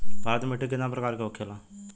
भारत में मिट्टी कितने प्रकार का होखे ला?